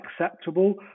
acceptable